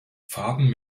farben